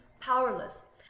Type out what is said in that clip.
powerless